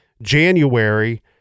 January